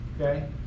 Okay